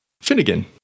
Finnegan